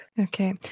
Okay